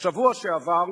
בשבוע שעבר,